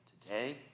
Today